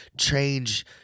change